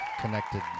connected